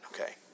Okay